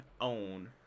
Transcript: own